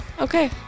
okay